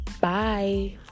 bye